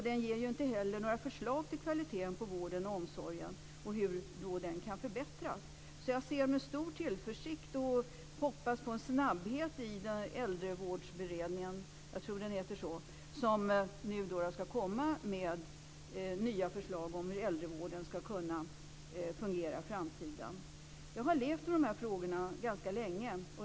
Man ger inte heller några förslag till hur kvaliteten på vården och omsorgen kan förbättras. Jag ser med stor tillförsikt fram emot Äldrevårdsberedningen - jag tror den heter så - som skall komma med nya förslag om hur äldrevården skall kunna fungera i framtiden, och jag hoppas att den kommer att arbeta med stor snabbhet. Jag har levt med dessa frågor ganska länge.